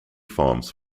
farms